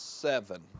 seven